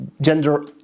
gender